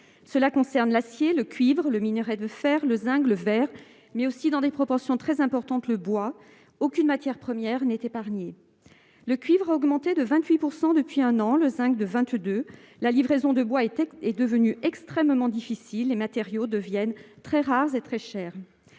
Cela concerne l'acier, le cuivre, le minerai de fer, le zinc, le verre, mais aussi, dans des proportions très importantes, le bois. Aucune matière première n'est épargnée. Le cuivre a augmenté de 28 % depuis un an, le zinc de 22 %. La livraison de bois est devenue extrêmement difficile. Les matériaux deviennent très rares et très chers.